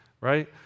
right